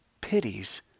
pities